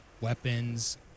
Weapons